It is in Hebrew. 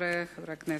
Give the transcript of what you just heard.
חברי חברי הכנסת,